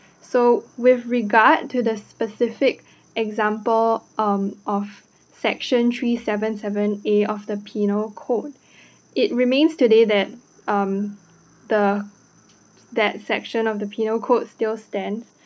so with regard to the specific example um on section three seven seven A of the penal code it remains today that um the that section of the penal codes still stand